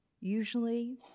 Usually